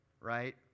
right